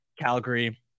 Calgary